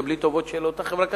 זה בלי טובות של אותה חברה קדישא,